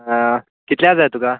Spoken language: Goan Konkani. कितल्या जाय तुका